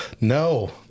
no